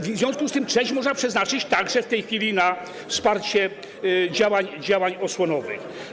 W związku z tym część można przeznaczyć także w tej chwili na wsparcie działań osłonowych.